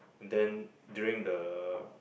then during the